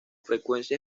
frecuencia